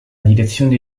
direzione